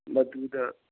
ꯃꯗꯨꯗ